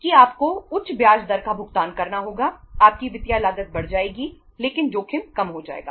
कि आपको उच्च ब्याज दर का भुगतान करना होगा आपकी वित्तीय लागत बढ़ जाएगी लेकिन जोखिम कम हो जाएगा